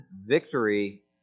victory